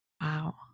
Wow